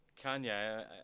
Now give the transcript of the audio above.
Kanye